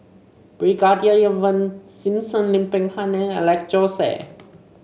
Brigadier Ivan Simson Lim Peng Han and Alex Josey